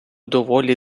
доволі